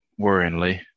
worryingly